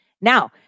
Now